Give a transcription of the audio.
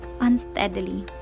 unsteadily